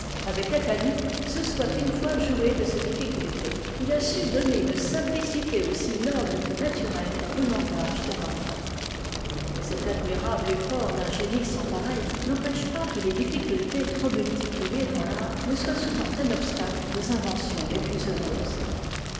avec athalie se soit une fois joué de ces difficultés il a su donner une simplicité aussi noble que naturelle au langage d'un enfant mais cet admirable effort d'un génie sans pareil n'empêche pas que les difficultés trop multipliées dans l'art ne soient souvent un obstacle aux inventions les plus heureuses